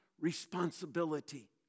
responsibility